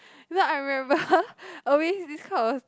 because I remember always this kind of